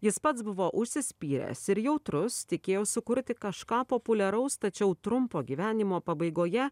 jis pats buvo užsispyręs ir jautrus tikėjo sukurti kažką populiaraus tačiau trumpo gyvenimo pabaigoje